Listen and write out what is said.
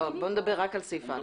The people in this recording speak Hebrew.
לא, בוא נדבר רק על סעיף (א).